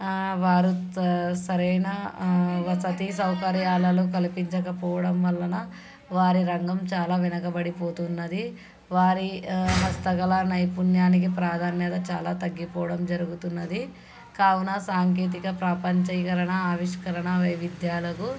వారు సరైన వసతి సౌకర్యాలను కల్పించకపోవడం వలన వారి రంగం చాలా వెనుకబడిపోతున్నది వారి హస్తకళా నైపుణ్యానికి ప్రాధాన్యత చాలా తగ్గిపోవడం జరుగుతున్నది కావున సాంకేతిక ప్రాపంచీకరణ ఆవిష్కరణ వైవిధ్యాలకు